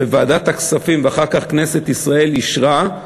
וועדת הכספים ואחר כך כנסת ישראל אישרה,